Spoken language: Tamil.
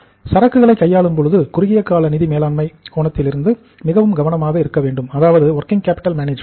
எனவே சரக்குகளை கையாளும் பொழுது குறுகிய கால நிதி மேலாண்மை கோணத்தில் இருந்து மிகவும் கவனமாக இருக்க வேண்டும் அதாவது வொர்க்கிங் கேபிட்டல் மேனேஜ்மென்ட்